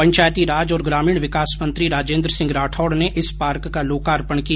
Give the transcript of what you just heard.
पंचायती राज और ग्रामीण विकास मंत्री राजेंद्र सिंह राठौड़ ने इस पार्क का लोकार्पण किया